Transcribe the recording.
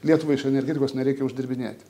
lietuvai iš energetikos nereikia uždirbinėti